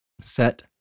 Set